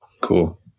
Cool